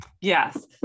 yes